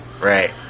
Right